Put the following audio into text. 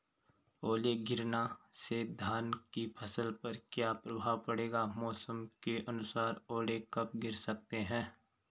ओले गिरना से धान की फसल पर क्या प्रभाव पड़ेगा मौसम के अनुसार ओले कब गिर सकते हैं?